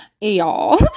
y'all